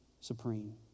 supreme